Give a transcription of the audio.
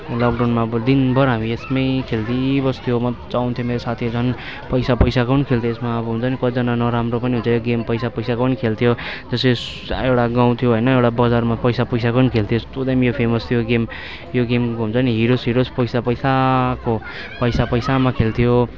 लकडाउनमा अब दिनभरि हामी यसमै खेलिबस्थ्यो मजा आउँथ्यो मेरो साथीहरूलाई पनि पैसा पैसाको पनि खेल्थ्यो यसमा अब हुन्छ नि कतिजना नराम्रो पनि हुन्छ यो गेम पैसा पैसाको पनि खेल्थ्यो जस्तै एउटा गाउँ थियो होइन एउटा बजारमा पैसा पैसाको पनि खेल्थ्यो यस्तो दामी यो फेमस थियो यो गेम यो गेमको हुन्छ नि हिरोज सिरोज पैसा पैसाको पैसा पैसामा खेल्थ्यो